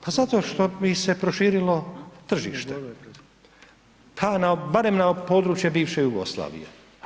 Pa zato što bi se proširilo tržište pa barem na područje bivše Jugoslavije.